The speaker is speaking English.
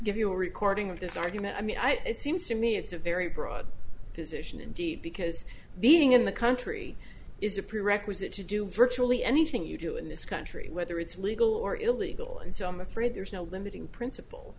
give you a recording of this argument i mean it seems to me it's a very broad position indeed because being in the country is a prerequisite to do virtually anything you do in this country whether it's legal or illegal and so i'm afraid there's no limiting principle